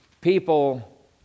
people